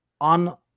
on